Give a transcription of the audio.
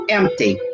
empty